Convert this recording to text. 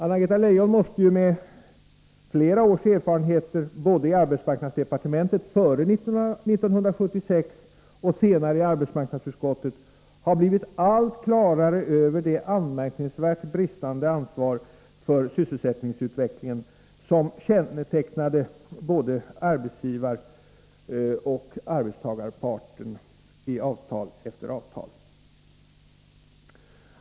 Anna-Greta Leijon måste ju med flera års erfarenheter både i arbetsmarknadsdepartementet före 1976 och senare i arbetsmarknadsutskottet ha blivit allt klarare över det anmärkningsvärt bristande ansvar för sysselsättningsutvecklingen som kännetecknade både arbetsgivaroch arbetstagarparten i avtal efter avtal.